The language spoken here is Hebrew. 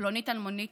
פלונית אלמונית,